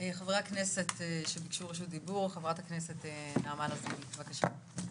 חברת הכנסת נעמה לזימי בבקשה.